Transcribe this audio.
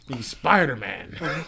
Spider-Man